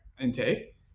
intake